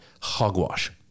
hogwash